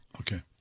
Okay